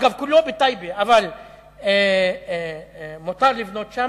אגב, כולו בטייבה, אבל מותר לבנות שם,